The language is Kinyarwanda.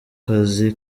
kazi